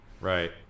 Right